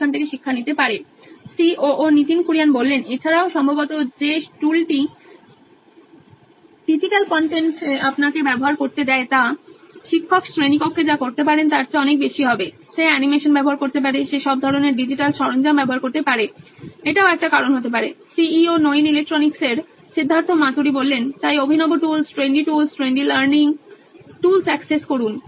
Nitin Kurian C O O Noin electronics এছাড়াও সম্ভবত যে টুলটি ডিজিটাল কন্টেন্ট আপনাকে ব্যবহার করতে দেয় তা শিক্ষক শ্রেণীকক্ষে যা করতে পারেন তার চেয়ে অনেক বেশি হবে সে অ্যানিমেশন ব্যবহার করতে পারে সে সব ধরণের ডিজিটাল সরঞ্জাম ব্যবহার করতে পারে এটাও একটা কারণ হতে পারে Siddharth Maturi C E O Noin electronics তাই অভিনব tools trendy tools trendy learning tools access করুন